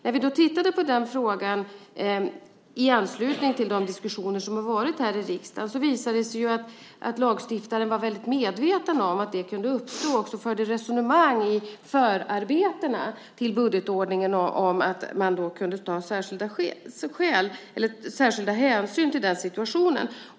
När vi då tittade på den frågan i anslutning till de diskussioner som har varit här i riksdagen visade det sig att lagstiftaren var väldigt medveten om att detta kunde uppstå och också förde resonemang i förarbetena till budgetordningen om att man då kunde anföra särskilda skäl eller ta särskilda hänsyn till den situationen.